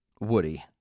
Woody